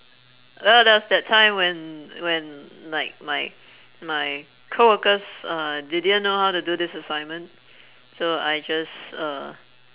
oh there was that time when when like my my coworkers uh they didn't know how to do this assignment so I just uh